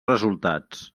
resultats